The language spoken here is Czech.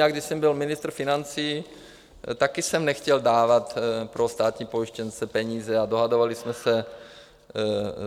Já když jsem byl ministr financí, taky jsem nechtěl dávat pro státní pojištěnce peníze a dohadovali jsme se